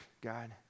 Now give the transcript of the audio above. God